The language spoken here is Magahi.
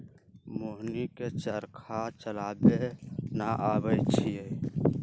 मोहिनी के चरखा चलावे न अबई छई